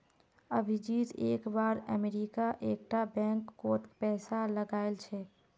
अभिजीत एक बार अमरीका एक टा बैंक कोत पैसा लगाइल छे